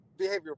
behavioral